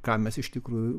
ką mes iš tikrųjų